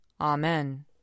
Amen